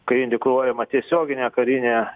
kai indikuojama tiesioginė karinė